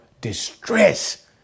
distress